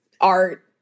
art